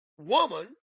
woman